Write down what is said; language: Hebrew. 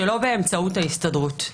שלא באמצעות ההסתדרות.